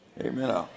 amen